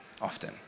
often